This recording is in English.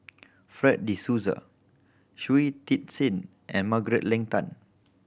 Fred De Souza Shui Tit Sing and Margaret Leng Tan